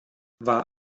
war